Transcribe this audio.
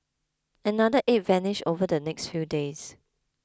another eight vanished over the next few days